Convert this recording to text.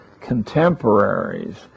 contemporaries